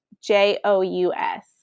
j-o-u-s